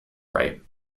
right